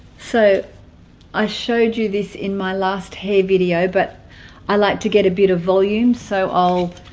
so i showed you this in my last hair video but i like to get a bit of volume so i'll